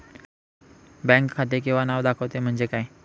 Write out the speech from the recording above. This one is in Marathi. बँक खाते किंवा नाव दाखवते म्हणजे काय?